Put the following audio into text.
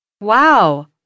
Wow